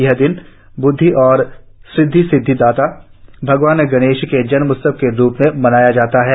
यह दिन ब्द्वि और ऋद्वी सिद्धि दाता भगवान गणेश के जन्मोत्सव के रूप में मनाया जाता है